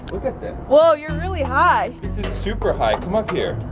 look at this. whoa, you're really high. this is super high, come up here.